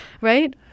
Right